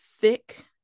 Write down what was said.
thick